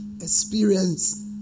experience